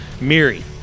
Miri